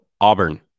Auburn